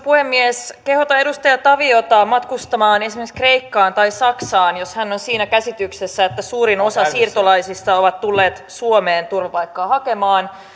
puhemies kehotan edustaja taviota matkustamaan esimerkiksi kreikkaan tai saksaan jos hän on siinä käsityksessä että suurin osa siirtolaisista on tullut suomeen turvapaikkaa hakemaan